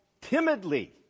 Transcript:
timidly